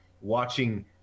watching